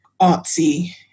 artsy